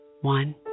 One